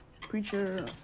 Preacher